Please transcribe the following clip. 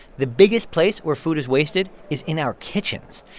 the biggest place where food is wasted is in our kitchens.